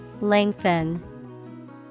Lengthen